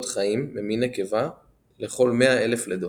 חיים ממין נקבה לכל 100,000 לידות.